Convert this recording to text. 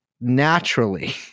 naturally